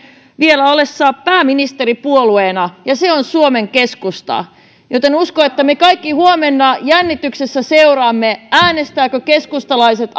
vielä ollessa pääministeripuolueena ja se on suomen keskusta joten uskon että me kaikki huomenna jännityksellä seuraamme äänestävätkö keskustalaiset